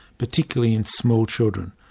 particularly in small children.